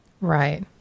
Right